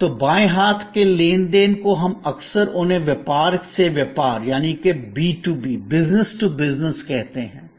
तो बाएं हाथ के लेन देन को हम अक्सर उन्हें व्यापार से व्यापार B2Bbusiness to business कहते हैं